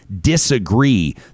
disagree